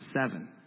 seven